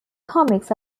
comics